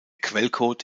quellcode